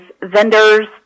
vendors